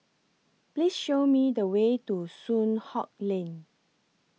Please Show Me The Way to Soon Hock Lane